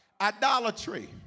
Idolatry